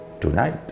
tonight